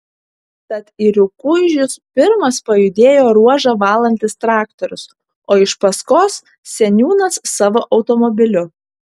tad į rukuižius pirmas pajudėjo ruožą valantis traktorius o iš paskos seniūnas savo automobiliu